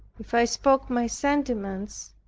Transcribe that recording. if i spoke my sentiments,